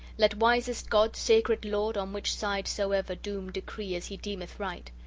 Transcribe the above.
let wisest god, sacred lord, on which side soever doom decree as he deemeth right.